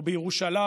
או בירושלים,